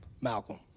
Malcolm